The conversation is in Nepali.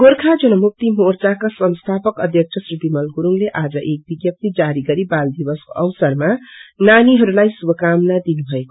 गोर्खा जनमुक्ति मोर्चाका संस्थापक अध्यक्ष श्री विमल गुरूङले आज एक विज्ञप्ती जारी गरी बालदिवसको अवसरमा नानीहरूलाई शुभकामना दिनुभयो